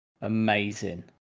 Amazing